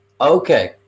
Okay